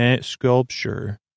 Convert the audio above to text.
sculpture